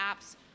apps